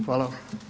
Hvala.